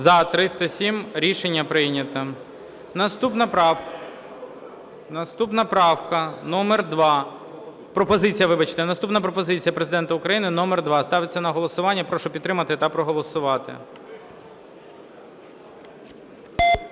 За-307 Рішення прийнято. Наступна правка номер 2, пропозиція, вибачте. Наступна пропозиція Президента України номер 2 ставиться на голосування. Прошу підтримати та проголосувати.